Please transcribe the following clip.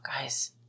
guys